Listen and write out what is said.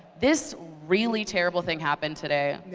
this really terrible thing happened today,